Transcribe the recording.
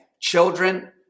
children